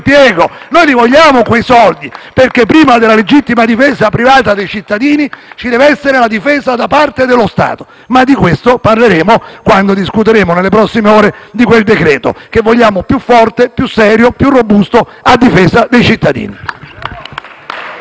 li vogliamo quei soldi, perché prima della legittima difesa privata dei cittadini ci deve essere la difesa da parte dello Stato, ma di questo parleremo quando discuteremo, nelle prossime ore, di quel decreto-legge, che vogliamo più forte, più serio, più robusto, a difesa dei cittadini.